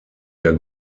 der